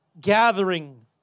gathering